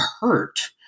hurt